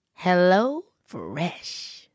HelloFresh